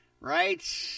Right